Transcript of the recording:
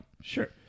Sure